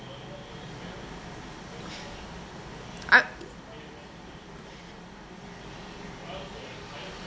I